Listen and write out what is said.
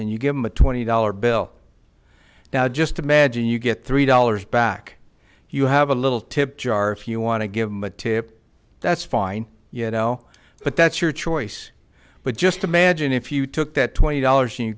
and you give them a twenty dollar bill now just imagine you get three dollars back you have a little tip jar if you want to give them a tip that's fine you know but that's your choice but just imagine if you took that twenty dollars